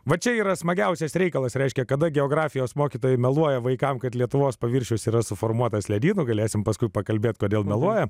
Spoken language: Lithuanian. va čia yra smagiausias reikalas reiškia kada geografijos mokytojai meluoja vaikams kad lietuvos paviršius yra suformuotas ledyno galėsime paskui pakalbėti kodėl meluoja